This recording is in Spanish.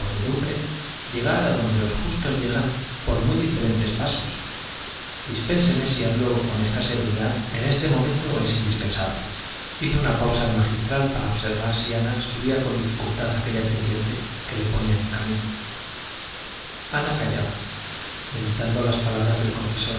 podredumbre llegar a donde los justos llegan por muy diferentes pasos dispénseme si hablo con esta severidad en este momento es indispensable hizo una pausa el magistral para observar si ana subía con dificultad aquella pendiente que le ponía en el camino ana callaba meditando las palabras del confesor